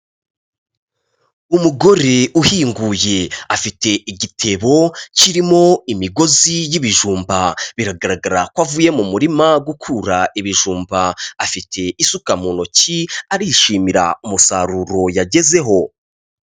Umugore uhinguye afite igitebo kirimo imigozi y'ibijumba biragaragara ko avuye mu murima gukura ibijumba, afite isuka mu ntoki arishimira umusaruro yagezeho.